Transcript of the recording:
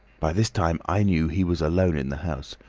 by this time i knew he was alone in the house,